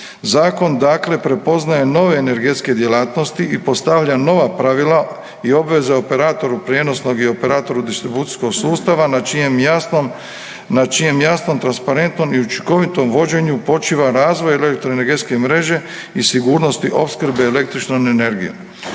Zakon dakle prepoznaje nove energetske djelatnosti i postavlja nova pravila i obveze operatoru prijenosnog i operatoru distribucijskog sustava na čijem jasnom, na čijem jasnom, transparentnom i učinkovitom vođenju počiva razvoj elektroenergetske mreže i sigurnosti opskrbe električnom energijom.